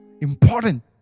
important